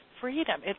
freedom